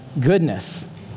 goodness